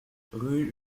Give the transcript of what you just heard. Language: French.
rue